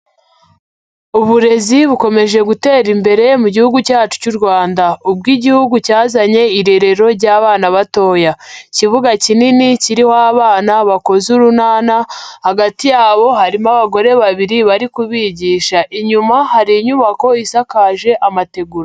Uburezi bukomeje gutera imbere mu gihugu cyacu cy'u Rwanda. Ubwo igihugu cyazanye irerero ry'abana batoya. Ikibuga kinini, kiririmo abana bakoze urunana, hagati yabo harimo abagore babiri bari kubigisha. Inyuma hari inyubako isakaje amategura.